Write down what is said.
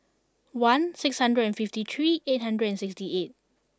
one six hundred and fifty three eight hundred and sixty eight